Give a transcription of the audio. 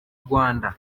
rwanda